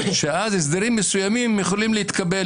שאז הסדרים מסוימים יכולים להתקבל.